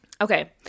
Okay